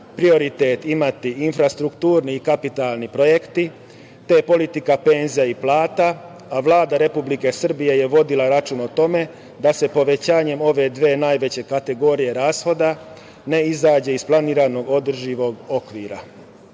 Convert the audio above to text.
prioritet imaju infrastrukturni i kapitalni projekti, te politiku penzija i plata. Vlada Republike Srbije je vodila računa o tome da se povećanjem ove dve najveće kategorije rashoda ne izađe iz planiranog održivog